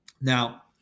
Now